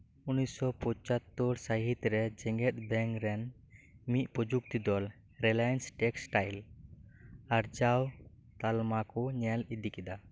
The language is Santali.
ᱩᱱᱤᱥᱥᱚ ᱯᱚᱪᱟᱛᱛᱚᱨ ᱥᱟᱹᱦᱤᱛ ᱨᱮ ᱡᱮᱸᱜᱮᱫ ᱵᱮᱝᱠ ᱨᱮᱱ ᱢᱤᱫᱽ ᱯᱚᱡᱩᱠᱛᱤ ᱫᱚᱞ ᱨᱤᱞᱟᱭᱮᱱᱥ ᱴᱮᱠᱥᱴᱟᱭᱤᱞ ᱟᱨᱡᱟᱣ ᱛᱟᱞᱟᱢᱟ ᱠᱩ ᱧᱮᱞ ᱤᱫᱤ ᱠᱮᱫᱟ